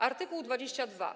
Art. 22.